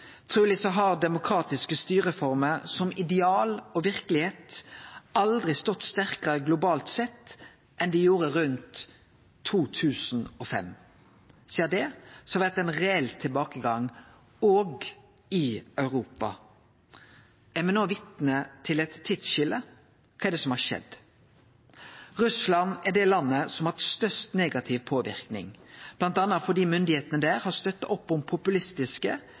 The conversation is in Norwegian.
Truleg har demokratiske styreformer som ideal og verkelegheit aldri stått sterkare globalt sett enn dei gjorde rundt 2005. Sidan da har det vore ein reell tilbakegang òg i Europa. Er me no vitne til eit tidsskilje? Kva er det som har skjedd? Russland er det landet som har hatt størst negativ påverknad, bl.a. fordi myndigheitene der har støtta opp om populistiske,